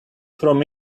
from